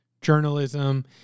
journalism